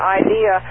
idea